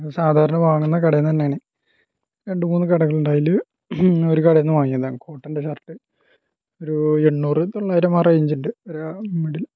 സാധാരണ വാങ്ങുന്ന കടയിൽ നിന്ന് തന്നെയാണ് രണ്ട് മൂന്ന് കടകളുണ്ട് അതിൽ ഒര് കടയിൽ നിന്ന് വാങ്ങിയതാണ് കോട്ടൻ്റെ ഷർട്ട് ഒരൂ എണ്ണൂറ് തൊള്ളായിരം ആ റെയിഞ്ച് ഒരു ആ മിഡില്